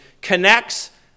connects